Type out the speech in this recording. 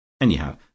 Anyhow